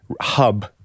hub